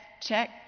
check